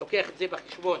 לוקח את זה בחשבון.